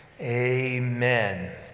Amen